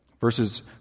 Verses